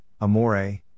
Amore